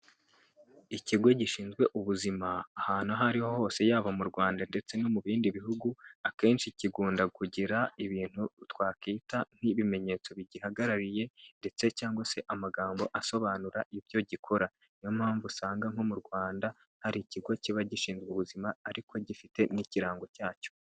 Ikigo gishinzwe ubuzima ahantu aho ariho hose yaba mu Rwanda ndetse no mu bindi bihugu akenshi kigomba kugira ibintu twakwita nk'ibimenyetso bigihagarariye ndetse cyangwa se amagambo asobanura ibyo gikora, niyo mpamvu usanga nko mu Rwanda hari ikigo kiba gishinzwe ubuzima ariko gifite nk'ikirango cyacyo.